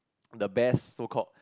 the best so called